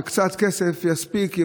שקצת כסף יספיק,